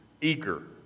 eager